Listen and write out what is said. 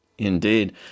Indeed